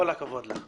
כל הכבוד לך.